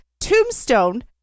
Tombstone